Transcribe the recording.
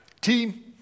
Team